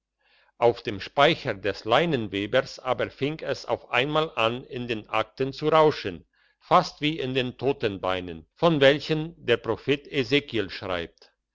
auf dem speicher des leinewebers aber fing es auf einmal an in den akten zu rauschen fast wie in den totenbeinen von welchen der prophet ezechiel schreibt